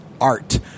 art